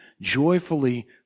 joyfully